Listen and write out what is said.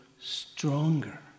stronger